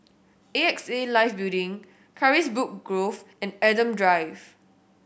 A X A Life Building Carisbrooke Grove and Adam Drive